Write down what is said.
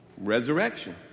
Resurrection